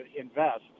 invest